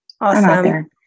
awesome